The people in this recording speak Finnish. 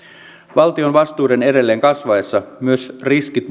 valtion vastuiden edelleen kasvaessa myös riskit